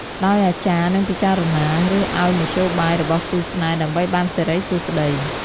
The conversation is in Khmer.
ដោយអាចារ្យនឹងពិចារណា ឬឲ្យមធ្យោបាយរបស់គូស្នេហ៍ ដើម្បីបានសិរីសួស្តី។